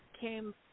came